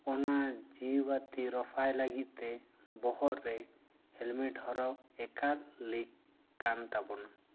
ᱚᱱᱟ ᱡᱤᱣᱤ ᱵᱟᱹᱛᱤ ᱨᱚᱯᱷᱟᱭ ᱞᱟᱹᱜᱤᱫ ᱛᱮ ᱵᱚᱦᱚᱜ ᱨᱮ ᱦᱮᱞᱢᱮᱴ ᱦᱚᱨᱚᱜ ᱮᱠᱟᱞ ᱞᱮᱠ ᱠᱟᱱ ᱛᱟᱵᱚᱱᱟ